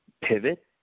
pivot